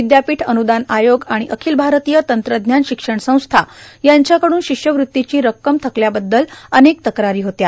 विद्यापीठ अन्दान आयोग आणि आखिल भारतीय तंत्रज्ञान शिक्षण संस्था यांच्याकडून शिष्यवृत्तीची रक्कम थकल्याबद्दल अनेक तक्रारी होत्या